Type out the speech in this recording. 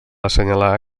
assenyalar